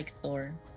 Thor